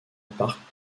parc